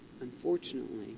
Unfortunately